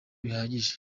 bihagije